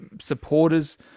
supporters